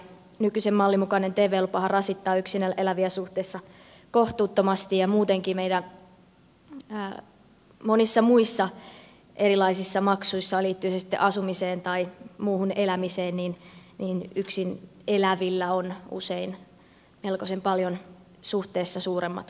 nykyisen mallin mukainen tv lupahan rasittaa yksin eläviä suhteessa kohtuuttomasti ja muutenkin meillä monissa muissa erilaisissa maksuissa liittyvät ne sitten asumiseen tai muuhun elämiseen yksin elävillä on usein suhteessa melkoisen paljon suuremmat kustannukset